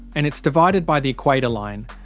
and it's divided by the equator line.